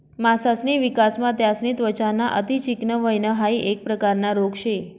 मासासनी विकासमा त्यासनी त्वचा ना अति चिकनं व्हयन हाइ एक प्रकारना रोग शे